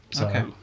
Okay